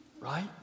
right